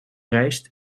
rijst